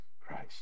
Christ